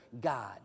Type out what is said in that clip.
God